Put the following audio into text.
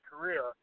career